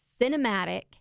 cinematic